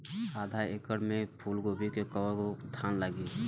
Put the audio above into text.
आधा एकड़ में फूलगोभी के कव गो थान लागी?